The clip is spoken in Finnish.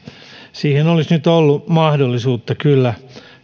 auttamiseensa olisi nyt ollut mahdollisuutta kyllä